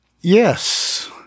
Yes